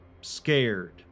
scared